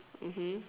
mmhmm